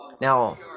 Now